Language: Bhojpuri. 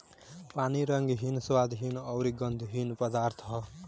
पानी रंगहीन, स्वादहीन अउरी गंधहीन पदार्थ ह